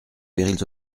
périls